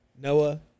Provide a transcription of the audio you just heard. Noah